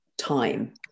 time